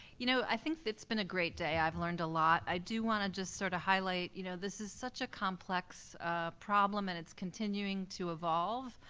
you know, i think that it's been a great day. i've learned a lot. i do wanna just sort of highlight, you know this is such a complex problem and it's continuing to evolve.